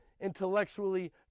intellectually